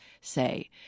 say